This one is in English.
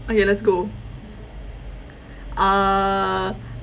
okay let's go uh